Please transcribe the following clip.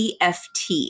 EFT